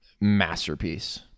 masterpiece